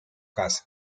casa